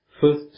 first